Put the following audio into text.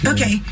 Okay